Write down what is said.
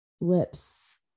lips